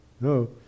No